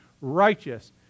righteous